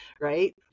right